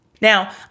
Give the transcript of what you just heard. Now